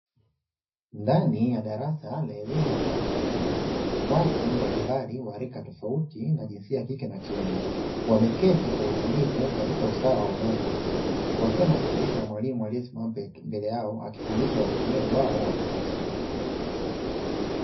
Ndani ya darasa la elimu ya watu wazima, watu mbalimbali wa rika tofauti na jinsia ya kike na kiume; wameketi kwa utulivu katika usawa unaovutia. Wakiwa wanamsikiliza mwalimu aliyesimama mbele yao, akifundisha kwa kutumia ubao wa kisasa.